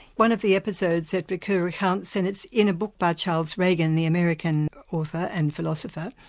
one of the episodes that ricoeur recounts, and it's in a book by charles regan, the american author and philosopher,